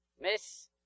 Miss